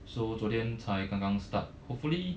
so 昨天才刚刚 start hopefully